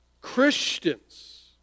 Christians